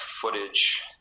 footage